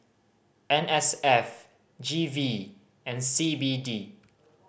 N S F G V and C B D